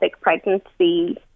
pregnancy